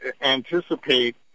anticipate